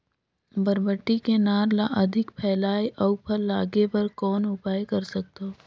बरबट्टी के नार ल अधिक फैलाय अउ फल लागे बर कौन उपाय कर सकथव?